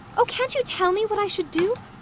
oh, can't you tell me what i should do?